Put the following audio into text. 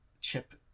Chip